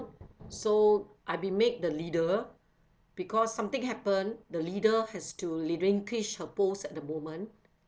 so I've been made the leader because something happened the leader has to relinquish her post at the moment